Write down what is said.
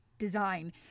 design